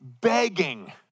Begging